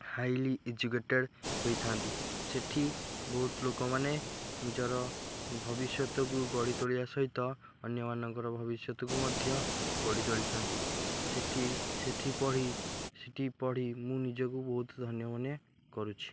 highly educated ହୋଇଥାନ୍ତି ସେଠି ବହୁତ ଲୋକମାନେ ନିଜର ଭବିଷ୍ୟତକୁ ଗଢ଼ି ତୋଳିବା ସହିତ ଅନ୍ୟମାନଙ୍କର ଭବିଷ୍ୟତକୁ ମଧ୍ୟ ଗଢ଼ି ତୋଳିଥାନ୍ତି ସେଠି ସେଠି ପଢ଼ି ସେଠି ପଢ଼ି ମୁଁ ନିଜକୁ ବହୁତ ଧନ୍ୟ ମନେ କରୁଛି